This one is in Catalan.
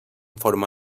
forma